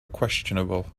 questionable